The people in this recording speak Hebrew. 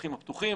לשטחים הפתוחים.